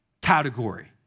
category